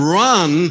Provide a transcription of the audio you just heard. run